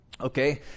Okay